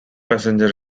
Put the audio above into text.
passenger